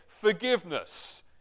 Forgiveness